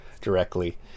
directly